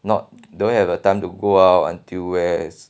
not don't have a time to go out until west